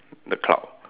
the cloud